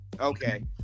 Okay